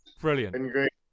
brilliant